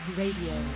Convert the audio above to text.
radio